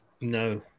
No